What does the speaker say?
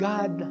God